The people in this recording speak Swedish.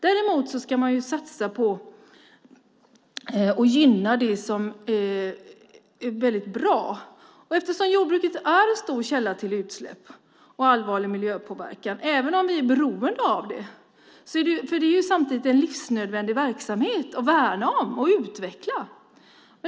Däremot ska man satsa på att gynna det som är bra. Jordbruket är en stor källa till utsläpp och allvarlig miljöpåverkan även om vi är beroende av det, för det är ju samtidigt en livsnödvändig verksamhet att värna och utveckla.